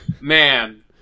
man